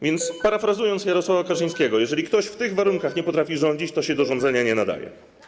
Więc parafrazując Jarosława Kaczyńskiego: jeżeli ktoś w tych warunkach nie potrafi rządzić, to się do rządzenia nie nadaje.